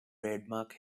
trademark